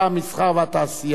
המסחר והתעשייה,